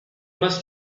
must